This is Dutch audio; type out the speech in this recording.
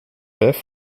vijf